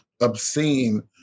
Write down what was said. obscene